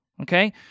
okay